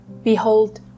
Behold